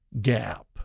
gap